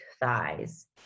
thighs